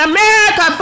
America